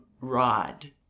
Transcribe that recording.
rod